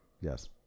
Yes